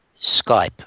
Skype